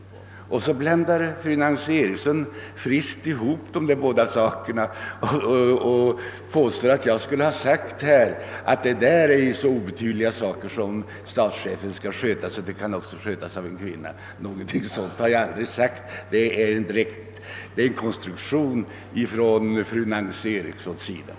Fru Nancy Eriksson blandar friskt ihop dessa båda saker och påstår, att jag skulle ha sagt att det är så oviktiga ting som statschefen skall sköta att de kan klaras också av en kvinna. Någonting sådant har jag aldrig sagt; det är en konstruktion av fru Nancy Eriksson.